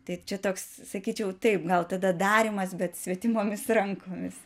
tai čia toks sakyčiau taip gal tada darymas bet svetimomis rankomis